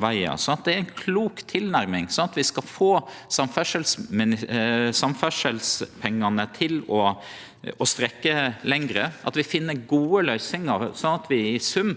Det er ei klok tilnærming. Vi skal få samferdselspengane til å strekkje lenger og finne gode løysingar, slik at vi i sum